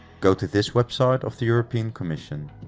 go to this website of the european commission,